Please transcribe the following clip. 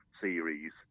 series